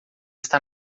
está